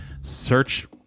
search